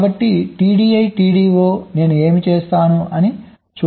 కాబట్టి TDI TDO నేను ఏమి చేస్తాను చూద్దాం